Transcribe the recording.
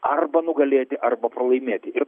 arba nugalėti arba pralaimėti ir